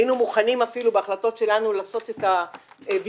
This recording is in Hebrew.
היינו מוכנים אפילו בהחלטות שלנו לעשות את הוויתורים